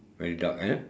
very dark eh